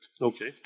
Okay